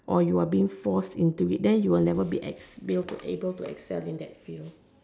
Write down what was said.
or you are being forced to it then you will never be able to Excel in that field